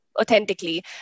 authentically